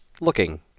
looking